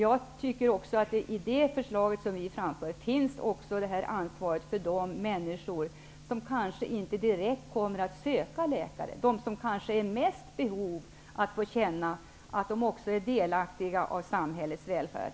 Jag tycker att i det förslag som vi framför finns också ansvaret för de människor som kanske inte direkt kommer att söka läkare, de som kanske är i mest behov av att få känna att de också är delaktiga av samhällets välfärd.